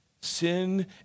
sin